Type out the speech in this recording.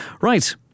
right